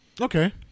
Okay